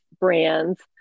brands